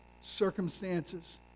circumstances